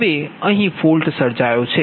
હવે અહીં ફોલ્ટ સર્જાયો છે